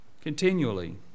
continually